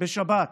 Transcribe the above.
בשבת